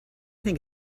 think